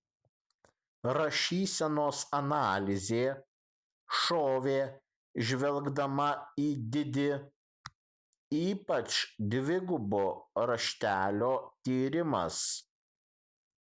rašysenos analizė šovė žvelgdama į didi ypač dvigubo raštelio tyrimas